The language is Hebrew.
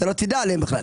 לא תדע עליהם בכלל.